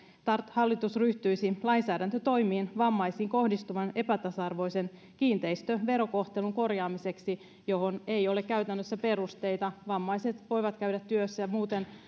hallitus ryhtyisi lainsäädäntötoimiin vammaisiin kohdistuvan epätasa arvoisen kiinteistöverokohtelun korjaamiseksi siihen ei ole käytännössä perusteita vammaiset voivat käydä työssä ja muuten